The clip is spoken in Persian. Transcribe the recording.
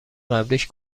قبلیش